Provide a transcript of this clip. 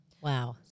Wow